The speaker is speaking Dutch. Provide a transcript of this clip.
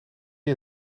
jij